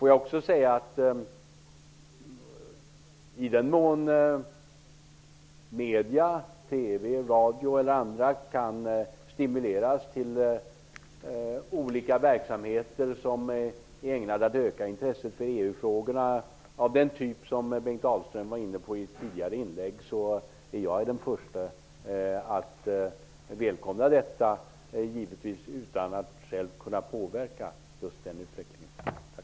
Jag vill också säga att i den mån medierna -- TV, radio eller andra medier -- kan stimuleras till olika verksamheter som är ägnade att öka intresset för EU-frågorna av den typ som Bengt Dalström i ett tidigare inlägg var inne på är jag den förste att välkomna detta, givetvis utan att själv kunna påverka just den utvecklingen.